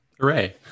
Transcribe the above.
Hooray